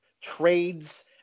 trades